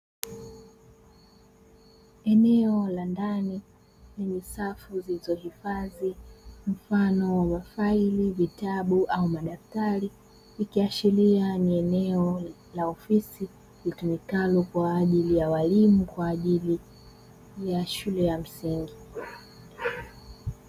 Eneo la ndani lenye safu zilizohifadhi mfano wa mafaili, vitabu au madaftari, ikiashiria ni eneo la ofisi litumikalo kwaajili ya walimu kwaajili ya shule ya msingi.